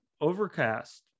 overcast